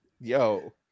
yo